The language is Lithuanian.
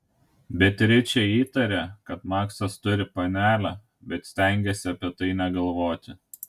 beatričė įtarė kad maksas turi panelę bet stengėsi apie tai negalvoti